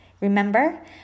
Remember